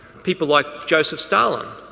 people like joseph stalin.